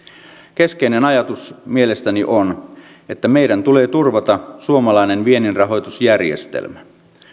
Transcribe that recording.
keskeinen ajatus mielestäni on että meidän tulee turvata suomalainen vienninrahoitusjärjestelmä